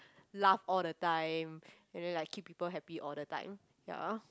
laugh all the time you know like keep people happy all the time ya